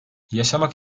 yaşamak